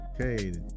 okay